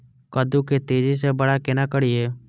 कद्दू के तेजी से बड़ा केना करिए?